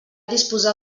disposar